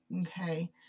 okay